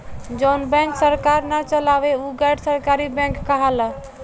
जवन बैंक सरकार ना चलावे उ गैर सरकारी बैंक कहाला